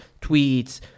tweets